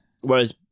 Whereas